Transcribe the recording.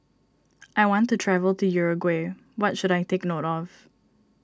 I want to travel to Uruguay what should I take note of